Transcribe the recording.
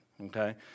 Okay